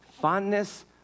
fondness